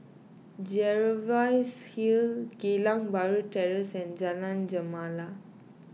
Jervois Hill Geylang Bahru Terrace and Jalan Gemala